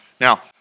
Now